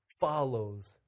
follows